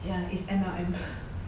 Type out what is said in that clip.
ya is M_L_M